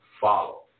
follow